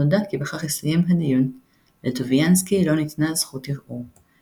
נודע כי בכך הסתיים "הדיון"; לטוביאנסקי לא ניתנה זכות ערעור.